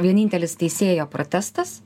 vienintelis teisėjo protestas